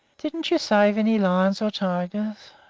didn't you save any lions or tigers?